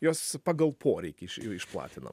jas pagal poreikį išplatinam